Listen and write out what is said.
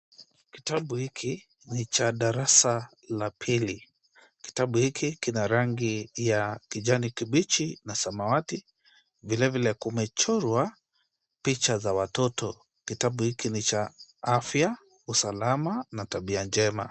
Kitabu hiki ni cha darasa la pili, kitabu hiki kina rangi ya kijani kibichi na samawati vilevile kumechorwa picha za watoto. Kitabu hiki ni cha afya, usalama na tabia njema.